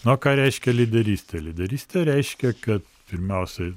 na o ką reiškia lyderystė lyderystė reiškia kad pirmiausiai